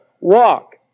walk